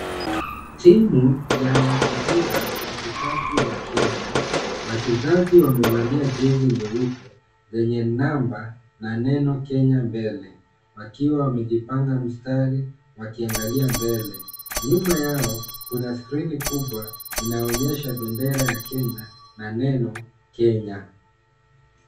Timu ya mpira wa kikapu ya Kenya. Wachezaji wamevalia jezi nyeupe, zenye namba na neno Kenya mbele wakiwa wamejipanga mstari, wakiangalia mbele. Nyuma yao kuna skrini kubwa, inaonyesha bendera ya Kenya na neno Kenya.